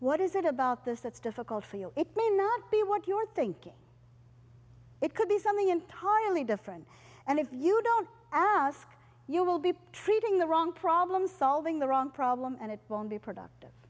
what is it about this that's difficult for you it may not be what you're thinking it could be something entirely different and if you don't ask you will be treating the wrong problem solving the wrong problem and it won't be productive